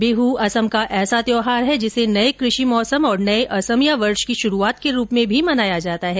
बिहू असम का ऐसा त्यौहार है जिसे नए कृषि मौसम और नए असमिया वर्ष की शुरुआत के रूप में भी मनाया जाता है